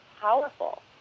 powerful